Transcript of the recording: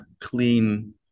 clean